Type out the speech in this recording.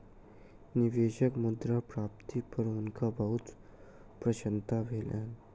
निवेशक मुद्रा प्राप्ति पर हुनका बहुत प्रसन्नता भेलैन